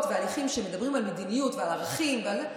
והליכים שמדברים על מדיניות ועל ערכים ועל זה,